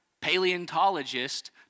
paleontologist